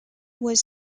was